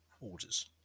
orders